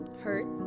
hurt